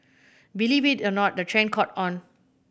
believe it or not the trend caught on